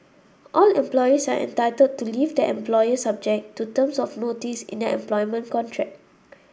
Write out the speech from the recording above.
all employees are entitled to leave their employer subject to terms of notice in their employment contract